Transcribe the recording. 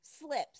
slips